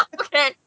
Okay